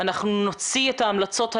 אנחנו נוציא את ההמלצות הללו,